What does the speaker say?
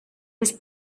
was